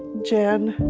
jen.